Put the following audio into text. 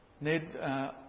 Ned